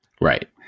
Right